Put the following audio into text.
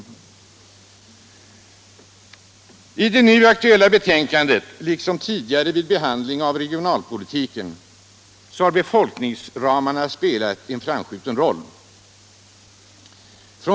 I det nu aktuella betänkandet, liksom tidigare vid behandlingen av regionalpolitiken, har befolkningsramarna spelat en framskjuten roll.